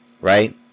right